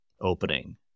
opening